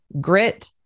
grit